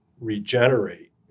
regenerate